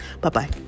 Bye-bye